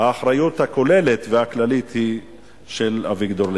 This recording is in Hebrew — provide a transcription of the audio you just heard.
האחריות הכוללת והכללית היא של אביגדור ליברמן.